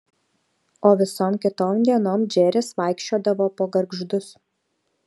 o visom kitom dienom džeris vaikščiodavo po gargždus